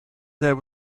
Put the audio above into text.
there